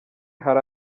hari